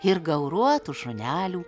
ir gauruotų šunelių